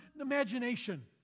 imagination